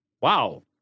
Wow